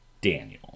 Daniel